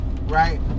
right